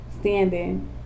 standing